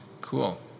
Cool